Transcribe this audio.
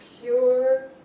pure